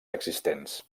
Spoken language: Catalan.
existents